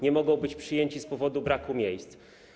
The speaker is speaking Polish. Nie mogą być przyjęci z powodu braku miejsc.